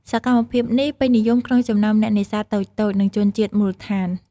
សកម្មភាពនេះពេញនិយមក្នុងចំណោមអ្នកនេសាទតូចៗ និងជនជាតិមូលដ្ឋាន។